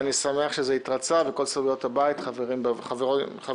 אני שמח שזה התרצה וכל סיעות הבית חברות בוועדה.